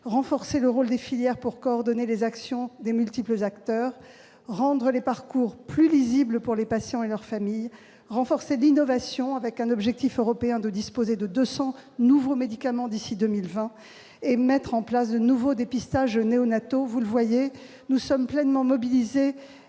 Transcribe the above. renforcer le rôle des filières pour coordonner les actions des multiples acteurs ; rendre les parcours plus lisibles pour les patients et leurs familles ; renforcer l'innovation, l'objectif européen étant que l'on dispose de 200 nouveaux médicaments d'ici à 2020 ; mettre en place de nouveaux dépistages néonataux. Vous le voyez : nous sommes pleinement mobilisés